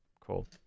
Cool